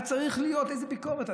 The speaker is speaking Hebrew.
הייתה צריכה להיות איזה ביקורת.